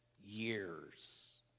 years